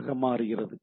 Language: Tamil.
ஆக மாறுகிறது